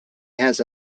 has